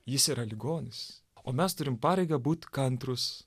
jis yra ligonis o mes turim pareigą būt kantrūs